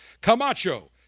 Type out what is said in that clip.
Camacho